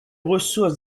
ressource